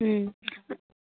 ꯎꯝ